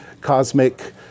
cosmic